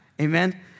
Amen